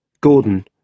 Gordon